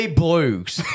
blues